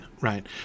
right